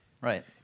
Right